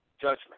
judgment